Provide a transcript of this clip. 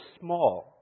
small